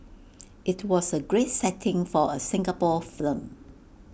IT was A great setting for A Singapore film